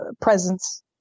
presence